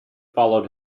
followed